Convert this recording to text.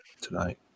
tonight